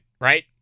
right